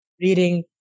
reading